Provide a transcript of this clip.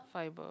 fibre